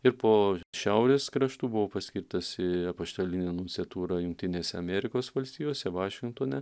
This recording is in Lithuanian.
ir po šiaurės kraštų buvau paskirtas į apaštalinę nunciatūrą jungtinėse amerikos valstijose vašingtone